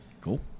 Cool